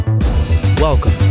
Welcome